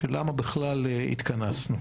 של למה בכלל התכנסנו.